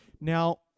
Now